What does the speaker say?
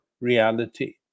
reality